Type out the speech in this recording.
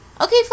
Okay